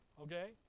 Okay